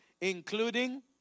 including